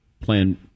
plan